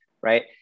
Right